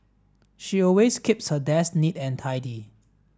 she always keeps her desk neat and tidy